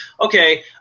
okay